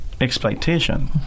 exploitation